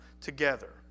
together